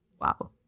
Wow